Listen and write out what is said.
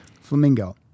Flamingo